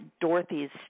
Dorothy's